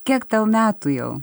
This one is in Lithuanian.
kiek tau metų jau